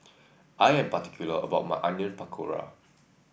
I am particular about my Onion Pakora